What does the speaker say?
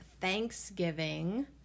Thanksgiving